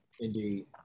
Indeed